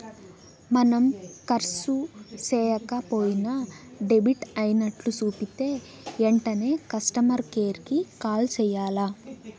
మనం కర్సు సేయక పోయినా డెబిట్ అయినట్లు సూపితే ఎంటనే కస్టమర్ కేర్ కి కాల్ సెయ్యాల్ల